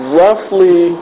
roughly